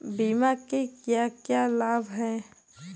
बीमा के क्या क्या लाभ हैं?